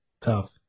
Tough